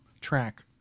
track